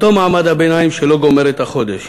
אותו מעמד הביניים שלא גומר את החודש.